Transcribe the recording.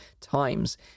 times